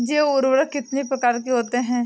जैव उर्वरक कितनी प्रकार के होते हैं?